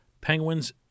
Penguins